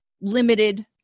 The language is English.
limited